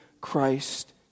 Christ